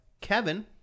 Kevin